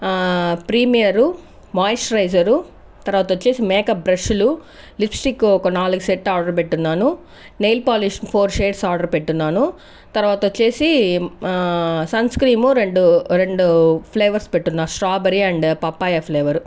premier moisturiser తర్వాత వచ్చేసి makeup బ్రష్లు లిప్ స్టిక్ ఒక నాలుగు సెట్లు ఆర్డర్ పెట్టున్నాను nail polish four shades order పెట్టున్నాను తర్వాత వచ్చేసి సన్స్ క్రీమ్ రెండు రెండు ఫ్లేవర్స్ పెట్టున్నా స్ట్రాబెరీ అండ్ పప్పాయ ఫ్లేవర్